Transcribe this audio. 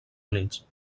units